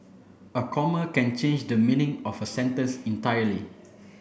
a comma can change the meaning of a sentence entirely